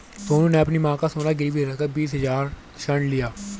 सोनू ने अपनी मां का सोना गिरवी रखकर बीस हजार ऋण लिया